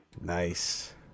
Nice